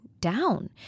down